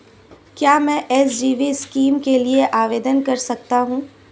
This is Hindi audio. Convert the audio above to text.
क्या मैं एस.जी.बी स्कीम के लिए आवेदन कर सकता हूँ?